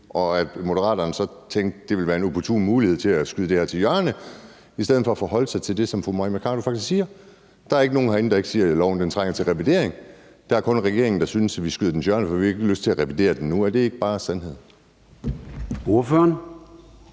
Men Moderaterne tænkte så, at det ville være en opportun mulighed for at skyde det her til hjørne i stedet for at forholde sig til det, som fru Mai Mercado faktisk siger. Der er ikke nogen herinde, der ikke siger, at loven trænger til revidering. Det er kun regeringen, der synes, at de vil skyde den til hjørne, for de har ikke lyst til at revidere den nu. Er det ikke bare sandheden?